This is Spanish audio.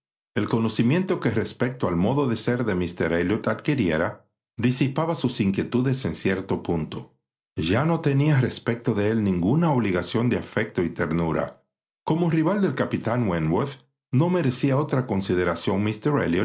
el conocimiento que respecto al modo de ser de míster elliot adquiriera disipaba sus inquietudes en cierto punto ya no tenía respecto de él ninguna obligación de afecto y ternura como rival del capitán wentworth no merecía otra consideración